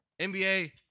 NBA